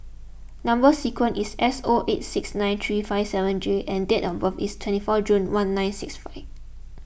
Number Sequence is S O eight six nine three five seven J and date of birth is twenty four June one nine six five